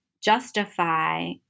justify